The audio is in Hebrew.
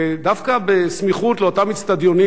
ודווקא בסמיכות לאותם איצטדיונים,